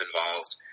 involved